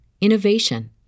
innovation